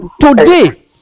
today